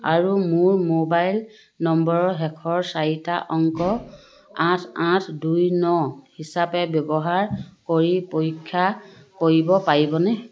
আৰু মোৰ মোবাইল নম্বৰৰ শেষৰ চাৰিটা অংক আঠ আঠ দুই ন হিচাপে ব্যৱহাৰ কৰি পৰীক্ষা কৰিব পাৰিবনে